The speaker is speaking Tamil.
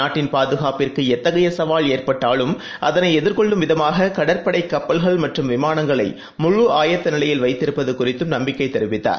நாட்டின் பாதுகாப்பிற்குஎத்தகையசவால் ஏற்பட்டாலும் அதனைஎதிர்கொள்ளும் விதமாககடற்படைகப்பல்கள் மற்றும் விமானங்களை முழு ஆயத்தநிலையில் வைத்திருப்பதுகுறித்தும் நம்பிக்கைதெரிவித்தார்